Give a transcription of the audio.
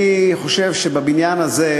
אני חושב שבבניין הזה,